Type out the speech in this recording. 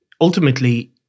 Ultimately